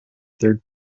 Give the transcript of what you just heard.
third